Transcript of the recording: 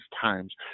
times